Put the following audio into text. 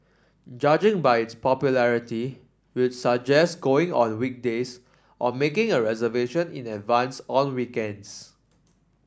judging by its popularity we'd suggest going on weekdays or making a reservation in advance on weekends